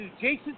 Jason